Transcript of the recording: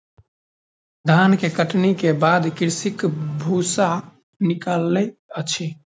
धान के कटनी के बाद कृषक भूसा निकालै अछि